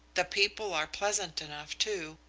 the people are pleasant enough, too,